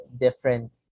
different